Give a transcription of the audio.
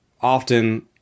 often